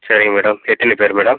சரிங்க மேடம் எத்தினி பேர் மேடம்